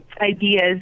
ideas